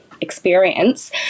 experience